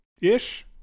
Ish